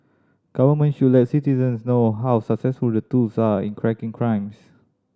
governments should let citizens know how successful the tools are in cracking crimes